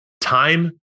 time